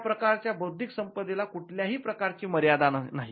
या प्रकारच्या बौध्दिक संपदेला कुठल्याही प्रकारची मर्यादा नाही